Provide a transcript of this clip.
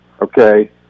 Okay